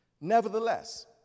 Nevertheless